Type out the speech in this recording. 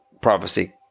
prophecy